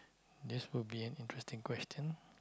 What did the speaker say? this would be an interesting question